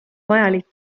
vajalik